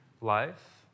life